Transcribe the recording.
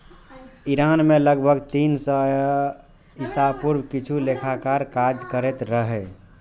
Iran मे लगभग तीन सय ईसा पूर्व किछु लेखाकार काज करैत रहै